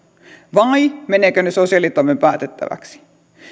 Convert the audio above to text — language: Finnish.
vai menevätkö ne sosiaalitoimen päätettäväksi